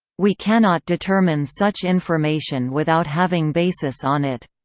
we cannot determine such information without having basis on it.